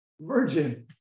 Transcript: Virgin